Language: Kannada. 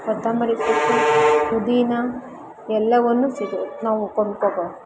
ಕೊತ್ತಂಬರಿ ಸೊಪ್ಪು ಪುದೀನಾ ಎಲ್ಲವನ್ನೂ ಸಿಗು ನಾವು ಕೊಂಡ್ಕೊಬೋದು